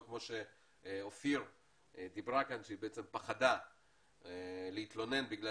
כפי שא"ר דיברה כאן שהיא בעצם פחדה להתלונן בגלל